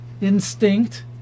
instinct